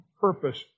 purpose